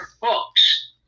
books